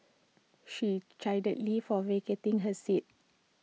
she chided lee for vacating her seat